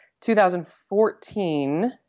2014